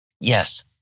Yes